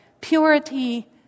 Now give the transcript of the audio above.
purity